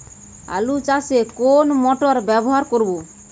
আলু চাষে কোন মোটর ব্যবহার করব?